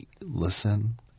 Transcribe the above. Listen